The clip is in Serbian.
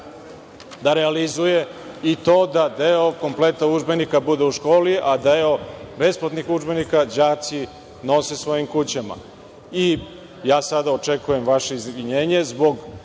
da realizuje i to da deo kompleta udžbenika bude u školi, a deo besplatnih udžbenika đaci nose svojim kućama.I, ja sada očekujem vaše izvinjenje zbog